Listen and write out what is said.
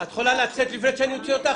--- את יכולה לצאת לפני שאני מוציא אותך?